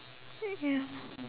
ya